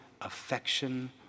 affection